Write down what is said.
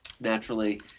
naturally